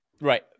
Right